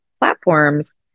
platforms